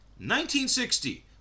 1960